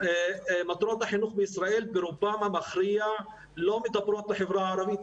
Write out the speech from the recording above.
מטרות החינוך בישראל ברובן המכריע לא מדברות לחברה הערבית,